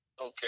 Okay